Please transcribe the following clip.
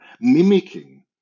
mimicking